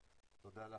אז תודה לך,